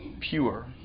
pure